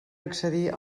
excedir